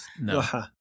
No